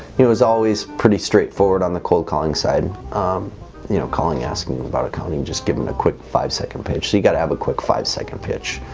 it was always pretty straight forward on the cold-calling side you know calling asking about accounting just give him a quick five-second page. so you got to have a quick five-second pitch